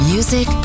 Music